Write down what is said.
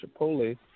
Chipotle